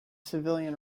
civilian